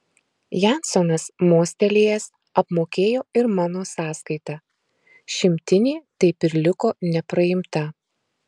jansonas mostelėjęs apmokėjo ir mano sąskaitą šimtinė taip ir liko nepraimta